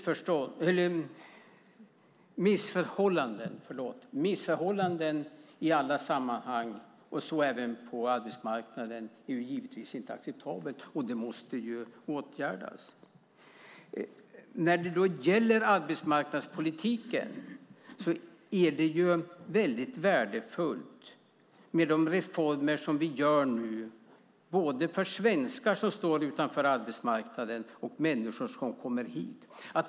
Fru talman! Missförhållanden i alla sammanhang och så även på arbetsmarknaden är givetvis inte acceptabelt, och det måste åtgärdas. När det gäller arbetsmarknadspolitiken är det väldigt värdefullt med de reformer vi nu gör, både för svenskar som står utanför arbetsmarknaden och människor som kommer hit.